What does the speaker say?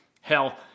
hell